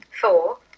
Four